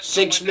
six